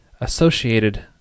associated